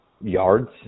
yards